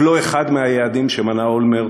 ואף לא אחד מהיעדים שמנה אולמרט